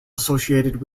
associated